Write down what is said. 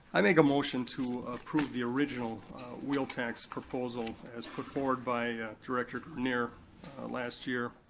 i make a motion to approve the original wheel tax proposal as put forward by director nier last year.